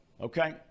Okay